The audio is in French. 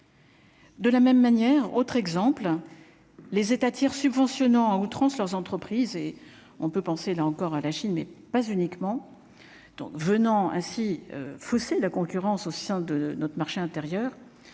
De la même manière, autre exemple, les États subventionnant à outrance leurs entreprises et on peut penser là encore à la Chine, mais pas uniquement, venant ainsi faussé la concurrence au sein de notre marché intérieur